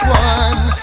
one